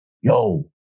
yo